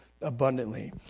abundantly